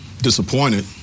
disappointed